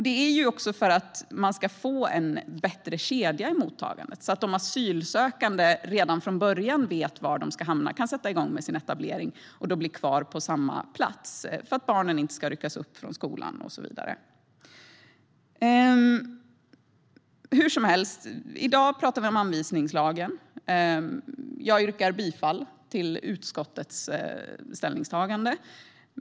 Det är också för att man ska få en bättre kedja i mottagandet så att de asylsökande redan från början vet var de ska hamna, kan sätta igång med sin etablering och då blir kvar på samma plats för att barnen inte ska ryckas upp från skolan och så vidare. I dag talar vi om anvisningslagen. Jag yrkar bifall till utskottets förslag.